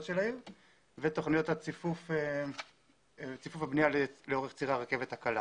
של העיר ותכניות ציפוף הבנייה לאורך ציר הרכבת הקלה.